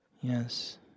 yes